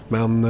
Men